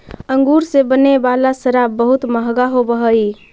अंगूर से बने वाला शराब बहुत मँहगा होवऽ हइ